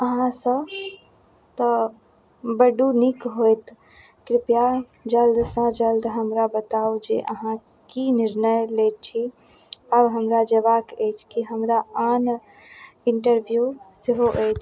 अहाँसँ तऽ बड्ड नीक होइत कृपया जल्दसँ जल्द हमरा बताउ जे अहाँ की निर्णय लै छी आउ हमरा जएबाक अछि कि हमरा आन इन्टरव्यू सेहो अछि